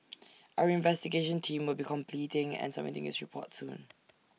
our investigation team will be completing and submitting its report soon